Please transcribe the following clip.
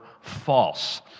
false